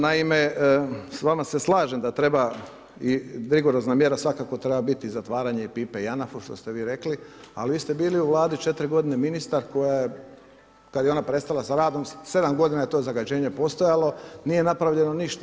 Naime, s vama se slažem da treba rigorozna mjere svakako treba biti zatvaranje pipe JANAF-u što ste vi rekli, ali vi ste bili u vladi četiri godine ministar koja je kada je ona prestala s radom sedam godina je to zagađenje postojalo, nije napravljeno ništa.